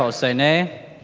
um say nay.